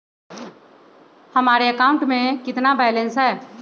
हमारे अकाउंट में कितना बैलेंस है?